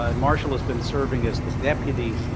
ah and marshall has been serving as the deputy